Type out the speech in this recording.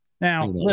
Now